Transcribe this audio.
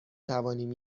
توانیم